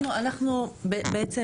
אנחנו, אנחנו בעצם